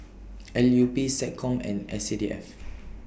L U P Seccom and S C D F